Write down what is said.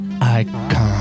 icon